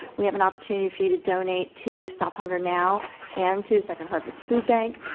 we have an opportunity for you to donate to stop hunger now and to second harvest food bank.